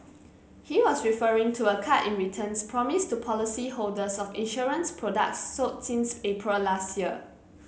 he was referring to a cut in returns promised to policy holders of insurance products sold since April last year